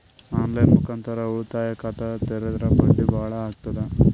On line ಮುಖಾಂತರ ಉಳಿತಾಯ ಖಾತ ತೇರಿದ್ರ ಬಡ್ಡಿ ಬಹಳ ಅಗತದ?